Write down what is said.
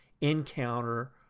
encounter